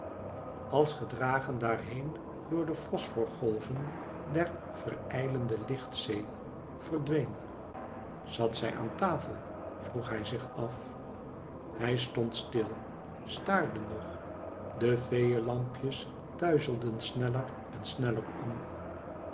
als gedragen daarheen door de fosforgolven der verijlende lichtzee verdween zat zij aan tafel vroeg hij zich af hij stond stil staarde nog de feeelampjes duizelden sneller en sneller om